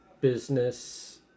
business